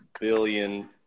billion